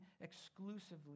exclusively